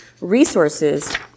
resources